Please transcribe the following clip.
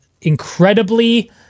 incredibly